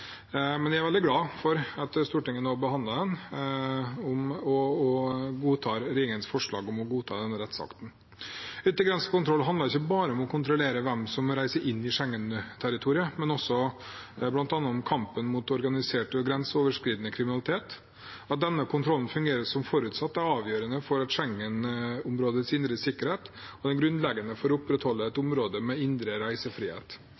Jeg er veldig glad for at Stortinget nå har behandlet den og godtar regjeringens forslag om å godta denne rettsakten. Yttergrensekontroll handler ikke bare om å kontrollere hvem som reiser inn i Schengen-territoriet, men bl.a. også om kampen mot organisert og grenseoverskridende kriminalitet. At denne kontrollen fungerer som forutsatt, er avgjørende for Schengen-områdets indre sikkerhet, og grunnleggende for å opprettholde et område med indre reisefrihet.